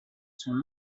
son